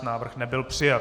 Návrh nebyl přijat.